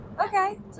Okay